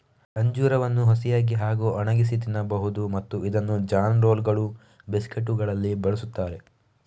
ಅಂಜೂರವನ್ನು ಹಸಿಯಾಗಿ ಹಾಗೂ ಒಣಗಿಸಿ ತಿನ್ನಬಹುದು ಮತ್ತು ಇದನ್ನು ಜಾನ್ ರೋಲ್ಗಳು, ಬಿಸ್ಕೆಟುಗಳಲ್ಲಿ ಬಳಸುತ್ತಾರೆ